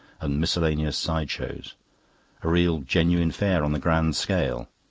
and miscellaneous side shows a real genuine fair on the grand scale.